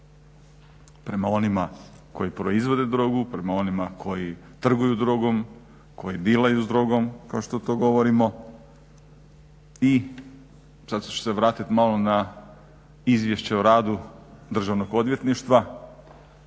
prema onima koji proizvode drogu, prema onima koji trguju drogom, koji dilaju s drogom kao što to govorimo i sad ću se vratiti malo na izvješće o radu Državnog odvjetništva.